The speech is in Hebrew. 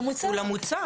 הוא למוצר.